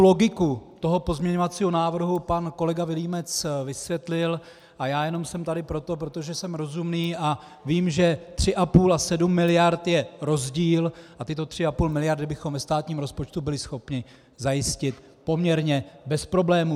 Logiku pozměňovacího návrhu pan kolega Vilímec vysvětlil a já jenom jsem tady proto, protože jsem rozumný a vím, že 3,5 a 7 miliard je rozdíl a tyto 3,5 miliardy bychom ve státním rozpočtu byli schopni zajistit poměrně bez problémů.